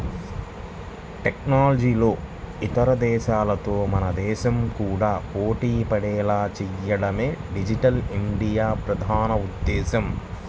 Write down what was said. టెక్నాలజీలో ఇతర దేశాలతో మన దేశం కూడా పోటీపడేలా చేయడమే డిజిటల్ ఇండియా ప్రధాన ఉద్దేశ్యం